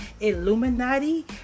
Illuminati